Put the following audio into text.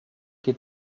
que